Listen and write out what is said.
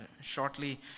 shortly